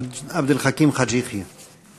חבר הכנסת עבד אל חכים חאג' יחיא.